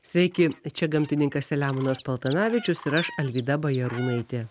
sveiki čia gamtininkas selemonas paltanavičius ir aš alvyda bajarūnaitė